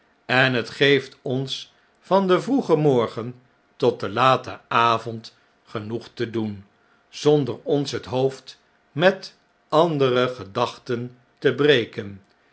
en het geeft ons van den vroegen morgen tot den laten avond genoeg te doen zonder ons het hoofd metandere gedachten te breken